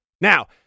Now